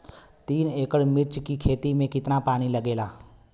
तीन एकड़ मिर्च की खेती में कितना पानी लागेला?